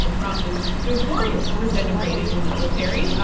trump is notorious for denigrating the military.